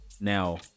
Now